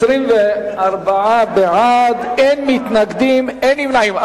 24 בעד, אין מתנגדים ואין נמנעים.